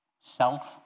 Self